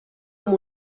amb